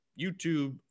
YouTube